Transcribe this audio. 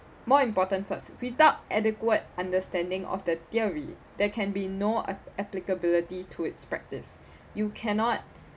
more important first without adequate understanding of the theory there can be no app~ applicability to its practice you cannot